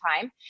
time